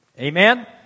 Amen